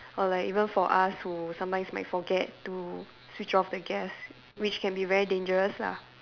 or like even for us who sometimes might forget to switch off the gas which can be very dangerous lah